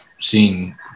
seeing